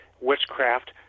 witchcraft